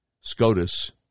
SCOTUS